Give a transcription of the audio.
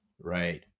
Right